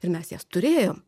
ir mes jas turėjom